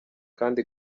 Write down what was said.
kandi